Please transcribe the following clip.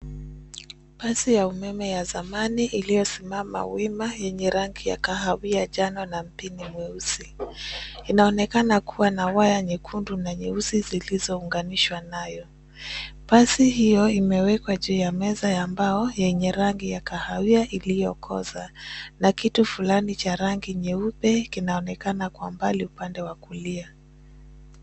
Pasi ya umeme ya zamani iliyosimama wima yenye rangi ya kahawia, njano na mpini mweusi. Inaonekana kuwa na waya nyekundu na nyeusi zilizounganishwa nayo. Pasi hiyo imewekwa juu ya meza ya mbao, yenye rangi ya kahawia iliyokoza na kitu fulani cha rangi nyeupe kinaonekana kwa mbali upande wa kulia.